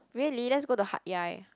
really let's go to HatYai